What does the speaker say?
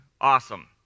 awesome